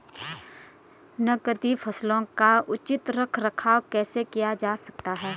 नकदी फसलों का उचित रख रखाव कैसे किया जा सकता है?